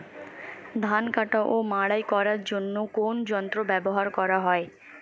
ধান কাটা ও মাড়াই করার জন্য কোন যন্ত্র ব্যবহার করা হয়?